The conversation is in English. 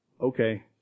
okay